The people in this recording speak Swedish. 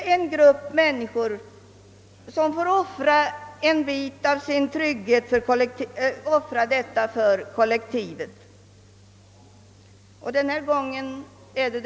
— så får en grupp människor offra något av fördelarna härav till kollektivet. Denna gång har den äldre arbetskraften fått göra det.